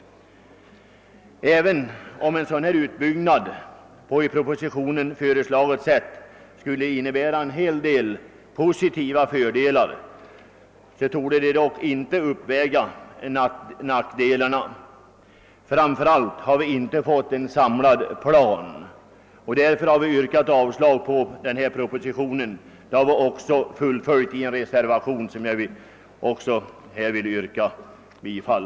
Även om en sådan utbyggnad på i propositionen föreslaget sätt skulle innebära en hel del fördelar, torde dessa dock inte uppväga nackdelarna. Framför allt bör en bättre bild erhållas över verkningarna av projektets genomförande. Vi har yrkat avslag på föreliggande proposition, vilket också följts upp i den till utskottets utlåtande fogade reservationen, till vilken jag yrkar bifall.